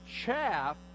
chaff